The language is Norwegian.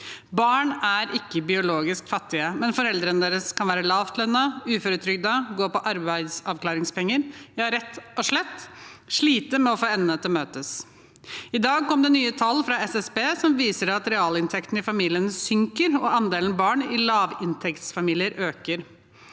Barn er ikke biologisk fattige, men foreldrene deres kan være lavtlønnet, uføretrygdet, gå på arbeidsavklaringspenger, ja, rett og slett slite med å få endene til å møtes. I dag kom det nye tall fra SSB som viser at realinntekten i familiene synker og andelen barn i lavinntektsfamilier øker.